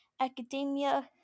academia